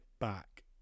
back